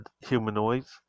humanoids